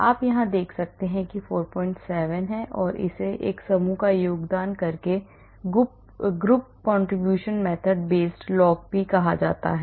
आप देख सकते हैं 47 और इसे एक समूह योगदान group contribution method based log p कहा जाता है